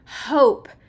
hope